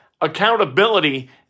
Accountability